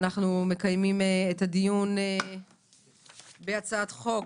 אנחנו מקיימים את הדיון בהצעת חוק